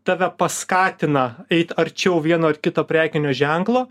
tave paskatina eit arčiau vieno ar kito prekinio ženklo